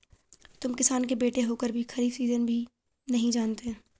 तुम किसान के बेटे होकर भी खरीफ सीजन भी नहीं जानते